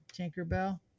Tinkerbell